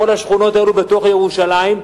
כל השכונות האלה בתוך ירושלים,